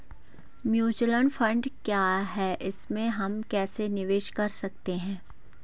Mutual fund क्या है इसमें हम कैसे निवेश कर सकते हैं?